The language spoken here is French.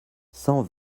cent